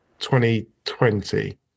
2020